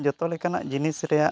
ᱡᱚᱛᱚ ᱞᱮᱠᱟᱱᱟᱜ ᱡᱤᱱᱤᱥ ᱨᱮᱭᱟᱜ